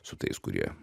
su tais kurie